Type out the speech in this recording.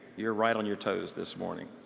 you're right on your toes this morning.